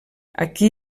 aquí